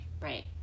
Right